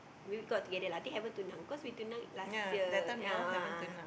maybe we go out together lah I think haven't tunang cause we tunang last year ya a'ah